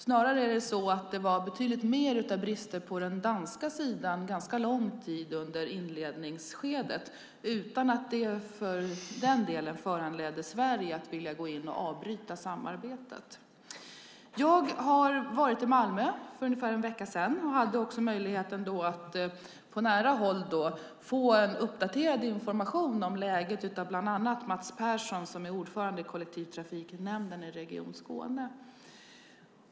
Snarare fanns det betydligt mer av brister på den danska sidan ganska lång tid under inledningsskedet utan att det för den sakens skull föranledde Sverige att vilja gå in och avbryta samarbetet. Jag var i Malmö för ungefär en vecka sedan och hade då möjligheten att på nära håll få en uppdaterad information om läget av bland andra Mats Persson som är ordförande i kollektivtrafiknämnden i Region Skåne.